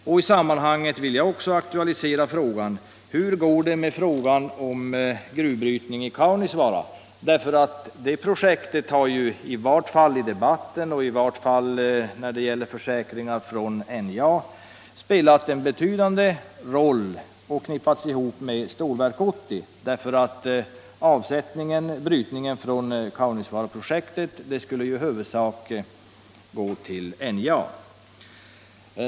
I detta sammanhang vill jag aktualisera frågan: Hur går det med gruvbrytningen i Kaunisvaara? Det projektet har ju i varje fall i debatten och i försäkringar från NJA spelat en betydande roll och förknippats med Stålverk 80. Avsättningen från brytningen i Kaunisvaara skulle i huvudsak gå till NJA.